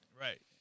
Right